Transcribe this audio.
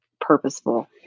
purposeful